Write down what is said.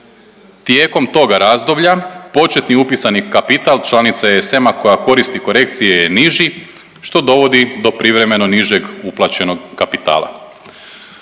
Tijekom toga razdoblja početni upisani kapital članica ESM-a koja koristi korekcije je niži što dovodi do privremeno nižeg uplaćenog kapitala.